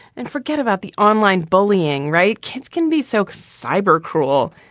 and forget about the online bullying, right? kids can be so cyber cruel,